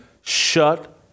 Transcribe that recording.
shut